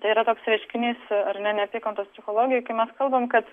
tai yra toks reiškinys ar neapykantos psichologija kai mes kalbam kad